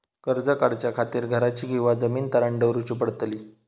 कर्ज काढच्या खातीर घराची किंवा जमीन तारण दवरूची पडतली?